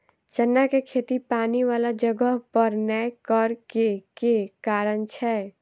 चना केँ खेती पानि वला जगह पर नै करऽ केँ के कारण छै?